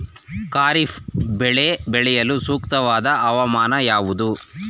ಖಾರಿಫ್ ಬೆಳೆ ಬೆಳೆಯಲು ಸೂಕ್ತವಾದ ಹವಾಮಾನ ಯಾವುದು?